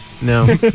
No